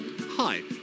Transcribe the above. hi